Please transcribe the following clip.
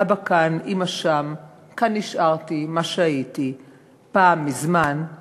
"אבא כאן / אימא שם / כאן נשארתי / מה שהייתי פעם מזמן /